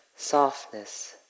Softness